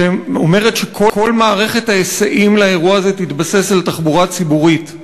שאומרת שכל מערכת ההיסעים לאירוע הזה תתבסס על תחבורה ציבורית.